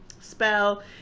spell